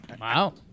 Wow